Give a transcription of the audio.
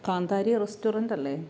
കാന്താരി റെസ്റ്റോറൻറ്റല്ലേ